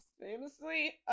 famously